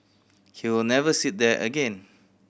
he will never sit there again